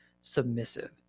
submissive